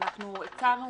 הצענו